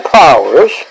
powers